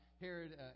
Herod